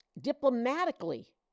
diplomatically